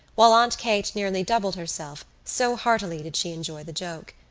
while aunt kate nearly doubled herself, so heartily did she enjoy the joke.